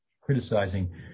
criticizing